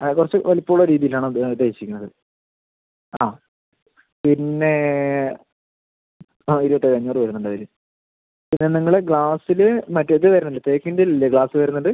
ആ കുറച്ച് വലിപ്പം ഉള്ള രീതിയിൽ ആണ് ഉദ്ദേശിക്കുന്നത് ആ പിന്നെ പകുതി ആയിട്ട് ഒര് അഞ്ഞൂറ് വരുന്നുണ്ട് അതില് പിന്നെ നിങ്ങള് ഗ്ലാസില് മറ്റേത് വരുന്നുണ്ട് തേക്കിൻ്റെതിൽ ഇല്ലെ ഗ്ലാസ് വരുന്നത്